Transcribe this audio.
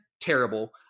terrible